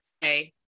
Hey